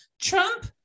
Trump